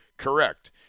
Correct